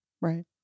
Right